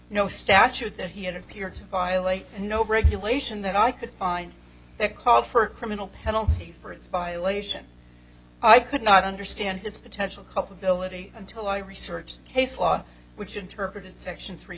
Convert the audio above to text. no statute that he had appeared to violate and no regulation that i could find that called for a criminal penalty for its violation i could not understand his potential cup ability until i researched case law which interpreted section three